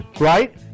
Right